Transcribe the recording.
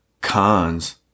cons